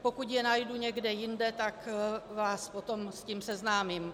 Pokud je najdu někde jinde, tak vás potom s tím seznámím.